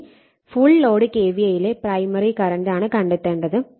C full load കെവിഎയിലെ primary കറന്റാണ് കാണേണ്ടത്